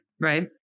Right